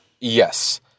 Yes